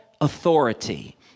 authority